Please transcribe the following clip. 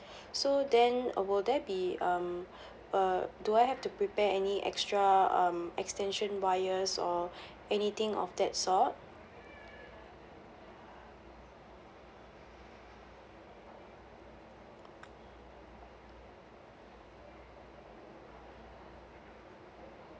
so then will there be um uh do I have to prepare any extra um extension wires or anything of that sort